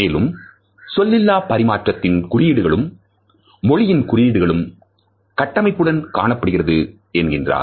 மேலும் சொல்லிலா பரிமாற்றத்தின் குறியீடுகளும் மொழியின் குறியீடுகளும் கட்டமைப்புடன் காணப்படுகிறது என்கிறார்